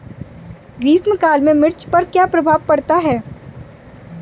ग्रीष्म काल में मिर्च पर क्या प्रभाव पड़ता है?